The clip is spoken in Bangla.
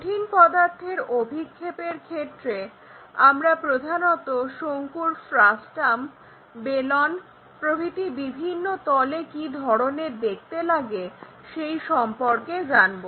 কঠিন পদার্থের অভিক্ষেপের ক্ষেত্রে আমরা প্রধানত শঙ্কুর ফ্রাস্টাম বেলন প্রভৃতি বিভিন্ন তলে কি ধরনের দেখতে লাগে সেই সম্পর্কে জানব